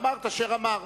ואמר את אשר אמר.